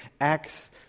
Acts